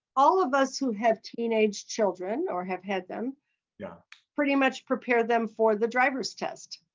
all of us who have teenage children or have had them yeah pretty much prepare them for the driver's test,